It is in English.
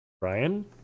Brian